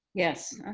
yes.